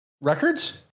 records